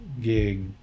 gig